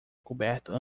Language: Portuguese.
coberto